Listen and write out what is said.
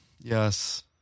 yes